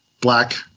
black